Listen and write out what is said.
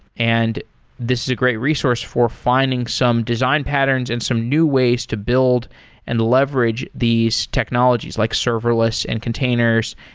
and this is a great resource for finding some design patterns and some new ways to build and leverage these technologies, like serverless, and containers,